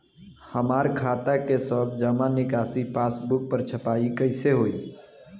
हमार खाता के सब जमा निकासी पासबुक पर छपाई कैसे होई?